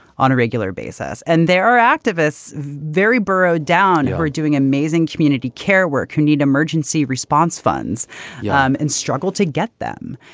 on a regular basis? and there are activists very burrow down who are doing amazing community care work, who need emergency response funds yeah um and struggle to get them.